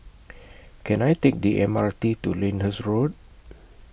Can I Take The M R T to Lyndhurst Road